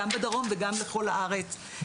גם בדרום וגם בכל הארץ.